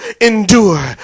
Endure